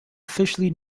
officially